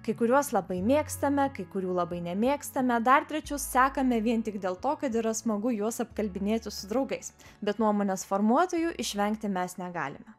kai kuriuos labai mėgstame kai kurių labai nemėgstame dar trečius sekame vien tik dėl to kad yra smagu juos apkalbinėti su draugais bet nuomonės formuotojų išvengti mes negalime